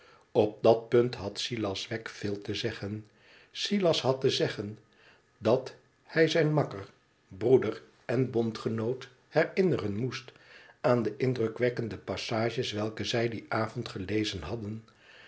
op dat punt had silas wegg veel te zegden silas had te zeggen dat hij zijn makker broeder en bongenoot hennneren moest aan de indrukwekkende passages welke zij dien avond gelezen hadden